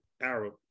Arab